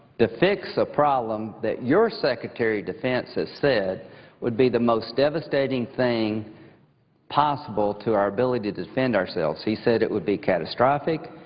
to fix a problem that your secretary of defense has said would be the most devastating thing possible to our ability to defend ourselves. he said it would be catastrophic,